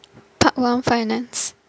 part one finance